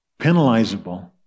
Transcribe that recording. penalizable